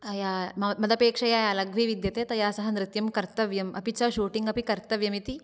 मद् अपेक्षया लघ्वी विद्यते तया सह नृत्यं कर्तव्यम् अपि च शूटिङ्ग् अपि कर्तव्यम् इति